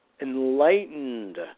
enlightened